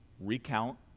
recount